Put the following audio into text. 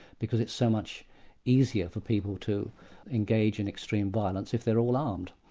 because it's so much easier for people to engage in extreme violence if they're all armed.